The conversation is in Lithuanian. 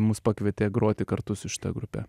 mus pakvietė groti kartu su šita grupe